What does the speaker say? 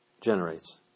generates